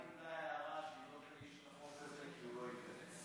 הממשלה קיבלה הערה שהיא לא תגיש את החוק הזה כי הוא לא ייכנס.